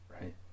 Right